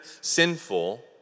sinful